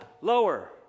lower